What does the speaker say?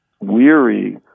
weary